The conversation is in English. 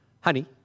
honey